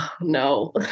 No